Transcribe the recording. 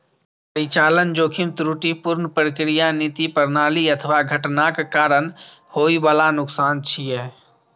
परिचालन जोखिम त्रुटिपूर्ण प्रक्रिया, नीति, प्रणाली अथवा घटनाक कारण होइ बला नुकसान छियै